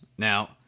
Now